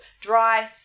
dry